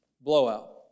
Blowout